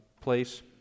place